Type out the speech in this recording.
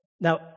Now